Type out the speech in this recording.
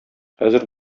хәзер